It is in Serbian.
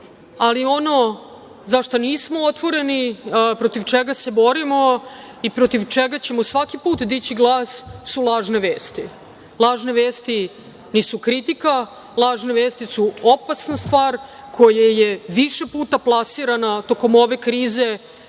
za šta nismo otvoreni, protiv čega se borimo i protiv čega ćemo svaki put dići glas su lažne vesti. Lažne vesti nisu kritika, lažne vesti su opasna stvar koja je više puta plasirana tokom ove krize,